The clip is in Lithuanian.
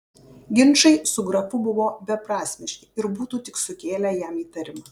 ginčai su grafu buvo beprasmiški ir būtų tik sukėlę jam įtarimą